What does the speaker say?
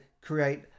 create